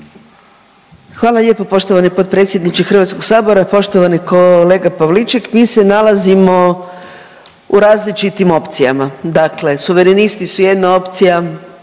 Hvala lijepo poštovani potpredsjedniče HS. Poštovani kolega Pavliček, mi se nalazimo u različitim opcijama, dakle Suverenisti su jedna opcija,